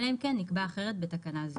אלא אם כן נקבע אחרת בתקנה זו"